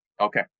Okay